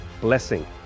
blessing